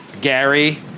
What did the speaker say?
Gary